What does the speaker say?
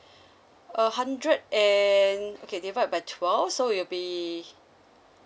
a hundred and okay divide by twelve so it'll be